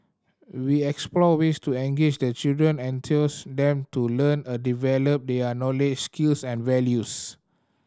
we explore ways to engage the children and enthuse them to learn a develop their knowledge skills and values